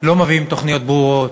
לא מביאים תוכניות ברורות.